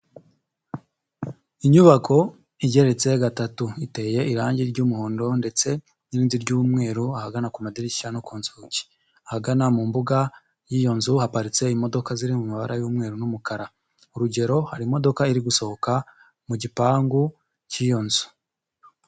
Inyubako igeretse gatatu, iteye irangi ry'umuhondo ndetse n'irindi by'umweru ahagana ku madirishya no ku nzugi, ahagana mu mbuga y'iyo nzu haparitse imodoka ziri mu mabara y'umweru n'umukara, urugero hari imodoka iri gusohoka mu gipangu k'iyo nzu.